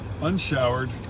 unshowered